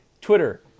Twitter